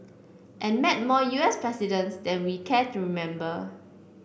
and met more U S presidents than we care to remember